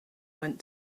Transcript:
went